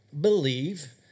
believe